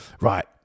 Right